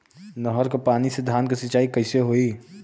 नहर क पानी से धान क सिंचाई कईसे होई?